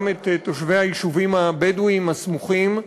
גם את תושבי היישובים הבדואיים הסמוכים.